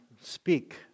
speak